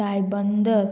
Ribandar